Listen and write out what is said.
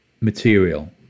material